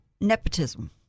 nepotism